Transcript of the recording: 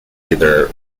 either